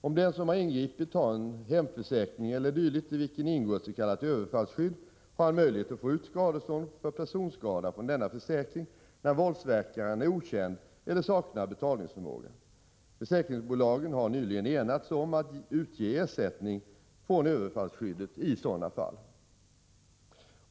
Om den som har ingripit har en hemförsäkring e. d., i vilken ingår ett s.k. överfallsskydd, har han möjlighet att få ut skadestånd för personskada från denna försäkring, när våldsverkaren är okänd eller saknar betalningsförmåga. Försäkringsbolagen har nyligen enats om att utge ersättning från överfallsskyddet i sådana fall.